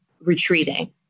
retreating